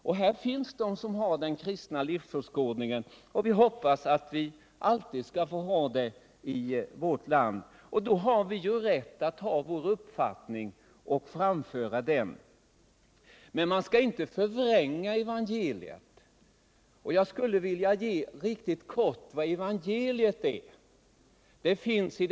Det finns alltså personer här som har den kristna livsåskådningen, och vi hoppas att vi alltid skall få ha det så i vårt land. Då har vi också rätt att framföra vår uppfattning. Man skall inte förvränga evangeliet. Jag skulle helt kort vilja ge evangeliets 15 syn.